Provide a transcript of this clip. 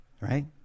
right